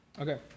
Okay